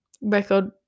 record